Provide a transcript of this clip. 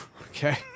Okay